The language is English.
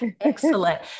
Excellent